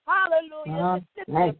Hallelujah